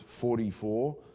44